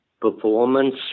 performance